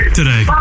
today